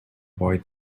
boy